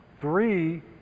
Three